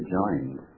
joined